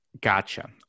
Gotcha